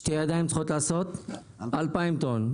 שתי ידיים צריכות לעשות אלפיים טון.